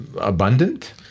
abundant